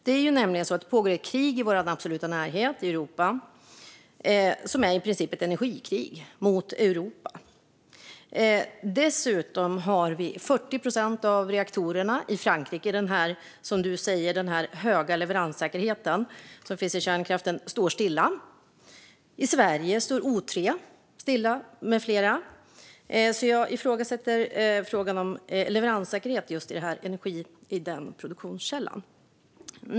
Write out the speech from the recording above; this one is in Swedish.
Det är nämligen så att det pågår ett krig i vår absoluta närhet i Europa, och det är i princip ett energikrig mot Europa. Dessutom står 40 procent av reaktorerna i Frankrike stilla. Det är alltså det energislag som du säger har hög leveranssäkerhet, Jessica Stegrud. I Sverige står O3 med flera stilla. Jag ifrågasätter därmed detta med leveranssäkerheten i den energikällan.